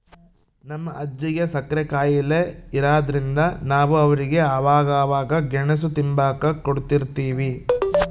ನಮ್ ಅಜ್ಜಿಗೆ ಸಕ್ರೆ ಖಾಯಿಲೆ ಇರಾದ್ರಿಂದ ನಾವು ಅವ್ರಿಗೆ ಅವಾಗವಾಗ ಗೆಣುಸು ತಿಂಬಾಕ ಕೊಡುತಿರ್ತೀವಿ